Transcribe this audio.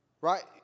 Right